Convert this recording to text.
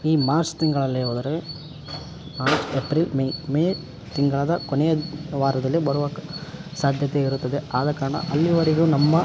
ಈ ಮಾರ್ಚ್ ತಿಂಗಳಲ್ಲಿ ಹೋದರೆ ಮಾರ್ಚ್ ಎಪ್ರಿಲ್ ಮೇ ಮೇ ತಿಂಗಳ ಕೊನೆಯ ವಾರದಲ್ಲಿ ಬರುವ ಕ ಸಾಧ್ಯತೆ ಇರುತ್ತದೆ ಆದ ಕಾರಣ ಅಲ್ಲಿಯವರೆಗೂ ನಮ್ಮ